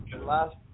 last